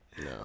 No